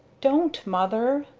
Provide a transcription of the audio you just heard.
don't, mother!